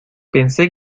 pensé